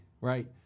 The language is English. right